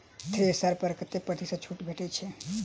Thresher पर कतै प्रतिशत छूट भेटय छै?